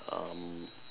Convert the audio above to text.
um